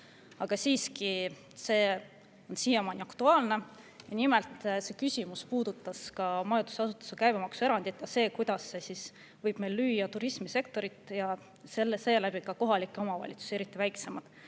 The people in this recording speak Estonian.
aga siiski, see on siiamaani aktuaalne. Nimelt, see küsimus puudutas majutusasutuste käibemaksuerandit ja ka seda, kuidas see võib meil lüüa turismisektorit ja seeläbi ka kohalikke omavalitsusi, eriti väiksemaid.